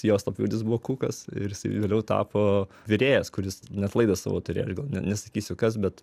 jo slapyvardis buvo kukas ir jisai vėliau tapo virėjas kuris net laidą savo turėjo ir gal ne nesakysiu kas bet